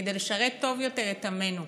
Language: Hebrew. כדי לשרת טוב יותר את עמנו,